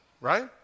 right